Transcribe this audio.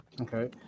Okay